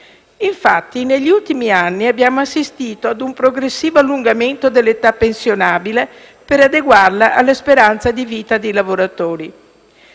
Infatti, negli ultimi anni abbiamo assistito a un progressivo allungamento dell'età pensionabile per adeguarla alla speranza di vita dei lavoratori.